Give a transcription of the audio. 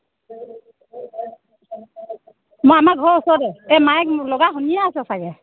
অ' আমাৰ ঘৰ ওচৰতে এই মাইক লগা শুনিয়ে আছা চাগে